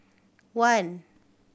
one